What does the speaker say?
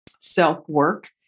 self-work